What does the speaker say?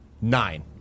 Nine